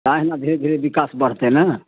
अहिना धीरे धीरे बिकास बढ़तै ने